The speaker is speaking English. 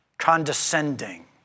condescending